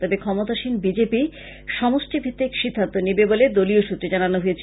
তবে ক্ষমতাসীন বিজেপি সমষ্টি ভিত্তিক সিদ্ধান্ত নেবে বলে দলীয় সূত্রে জানানো হয়েছে